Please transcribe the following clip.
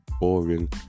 boring